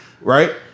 right